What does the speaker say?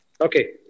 Okay